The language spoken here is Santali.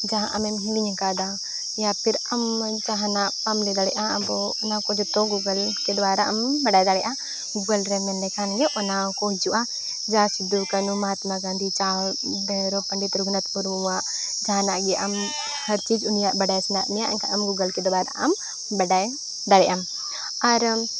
ᱡᱟᱦᱟᱸ ᱟᱢᱮᱢ ᱦᱤᱲᱤᱧ ᱟᱠᱟᱫᱟ ᱤᱭᱟᱯᱷᱤᱨ ᱟᱢ ᱡᱟᱦᱟᱱᱟᱜ ᱵᱟᱢ ᱞᱟᱹᱭ ᱫᱟᱲᱮᱭᱟᱜᱼᱟ ᱟᱵᱚ ᱚᱱᱟᱠᱚ ᱡᱚᱛᱚ ᱠᱮ ᱫᱚᱣᱟᱨᱟ ᱟᱢᱮᱢ ᱵᱟᱰᱟᱭ ᱫᱟᱲᱮᱭᱟᱜᱼᱟ ᱨᱮ ᱢᱮᱱ ᱞᱮᱠᱷᱟᱱ ᱜᱮ ᱚᱱᱟᱠᱚ ᱦᱤᱡᱩᱜᱼᱟ ᱡᱟᱦᱟᱸ ᱥᱤᱫᱷᱩ ᱠᱟᱹᱱᱩ ᱢᱚᱦᱟᱛᱢᱟ ᱜᱟᱱᱫᱷᱤ ᱪᱟᱸᱫᱽ ᱵᱷᱟᱭᱨᱚ ᱯᱟᱱᱰᱤᱛ ᱨᱚᱜᱷᱩᱱᱟᱛᱷ ᱢᱩᱨᱢᱩᱣᱟᱜ ᱡᱟᱦᱟᱱᱟᱜ ᱜᱮ ᱟᱢ ᱦᱟᱨᱪᱤᱡᱽ ᱩᱱᱤᱭᱟᱜ ᱵᱟᱰᱟᱭ ᱥᱟᱱᱟᱭᱮᱫ ᱢᱮᱭᱟ ᱮᱱᱠᱷᱟᱱ ᱠᱮ ᱫᱚᱣᱟᱨᱟ ᱟᱢ ᱵᱟᱰᱟᱭ ᱫᱟᱲᱮᱭᱟᱜ ᱟᱢ ᱟᱨ ᱟᱢ